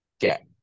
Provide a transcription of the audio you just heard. get